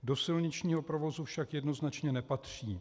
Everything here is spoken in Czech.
Do silničního provozu však jednoznačně nepatří.